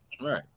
right